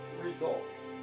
results